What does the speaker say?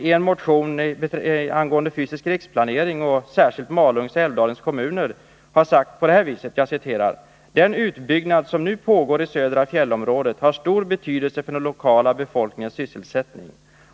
I motion angående den fysiska riksplaneringen och särskilt Malungs och Älvdalens kommuner har man sagt: ”Den utbyggnad som nu pågår i södra fjällområdet har stor betydelse för den lokala befolkningens sysselsättning.